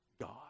God